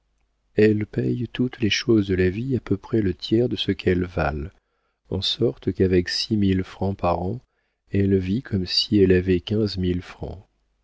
elle paie toutes les choses de la vie à peu près le tiers de ce qu'elles valent en sorte qu'avec six mille francs par an elle vit comme si elle avait quinze mille francs